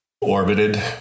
orbited